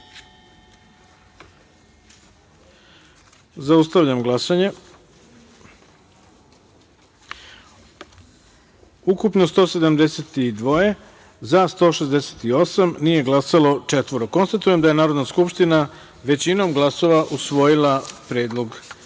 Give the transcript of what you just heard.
taster. Zaustavljam glasanje: ukupno 172, za – 170, nije glasalo dvoje. Konstatujem da je Narodna skupština većinom glasova usvojila Predlog